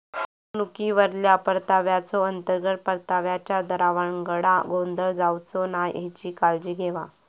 गुंतवणुकीवरल्या परताव्याचो, अंतर्गत परताव्याच्या दरावांगडा गोंधळ जावचो नाय हेची काळजी घेवा